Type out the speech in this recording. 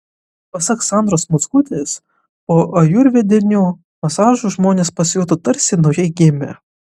pasak sandros mockutės po ajurvedinių masažų žmonės pasijuto tarsi naujai gimę